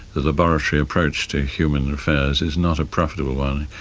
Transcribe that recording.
the laboratory approach to human affairs is not a profitable one.